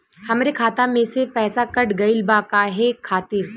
हमरे खाता में से पैसाकट गइल बा काहे खातिर?